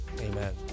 Amen